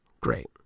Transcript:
Great